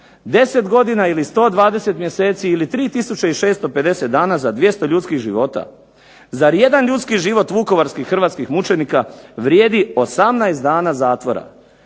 10 godina ili 120 mjeseci ili 3 tisuće 650 dana za 200 ljudskih života? Zar jedan ljudski život vukovarskih hrvatskih mučenika vrijedi 18 dana zatvora?